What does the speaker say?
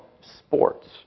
sports